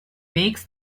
makes